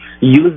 Use